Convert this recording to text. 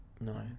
No